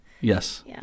Yes